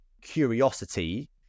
curiosity